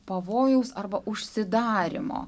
pavojaus arba užsidarymo